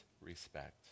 respect